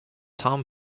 tom